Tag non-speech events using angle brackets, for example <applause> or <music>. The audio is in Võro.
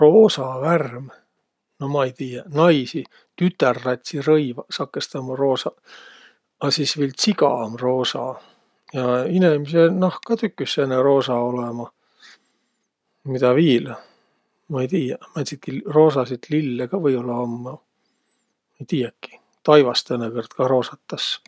Roosa värm? No ma ei tiiäq. Naisi, tütärlatsi rõivaq sakõstõ ummaq roosaq. A sis viil tsiga um roosa ja inemise nahk ka tüküs sääne roosa olõma. Midä viil? Ma ei tiiäq, määntsitki roosasit lille ka või-ollaq om. <unintelligible> Taivas tõõnõkõrd ka roosatas.